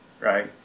right